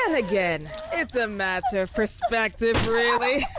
again. it's a matter of perspective, really.